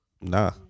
Nah